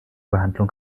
behandlung